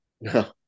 No